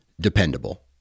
dependable